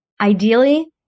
Ideally